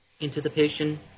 anticipation